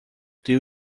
tio